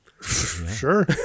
Sure